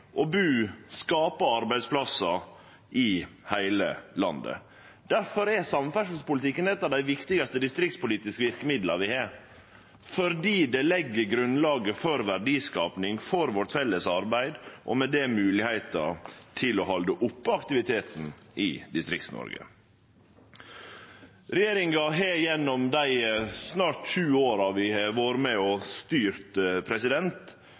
å bu og skape arbeidsplassar i heile landet. Difor er samferdselspolitikken eit av dei viktigaste distriktspolitiske verkemidla vi har, fordi det legg grunnlaget for verdiskaping, for vårt felles arbeid, og med det moglegheiter til å halde oppe aktiviteten i Distrikts-Noreg. Regjeringa har gjennom dei snart sju åra vi har vore med